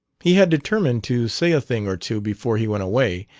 he had determined to say a thing or two before he went away,